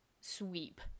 sweep